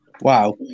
Wow